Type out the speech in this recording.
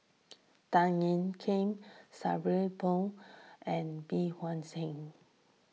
Tan Ean Kiam Sabri Buang and Bey Hua Heng